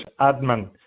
admin